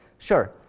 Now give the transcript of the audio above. sure.